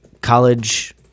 college